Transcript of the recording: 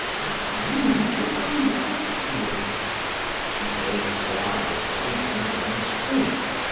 that means that i like you she raised her eyes to the young man's face,